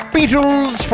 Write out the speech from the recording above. Beatles